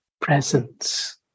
presence